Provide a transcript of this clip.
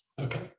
Okay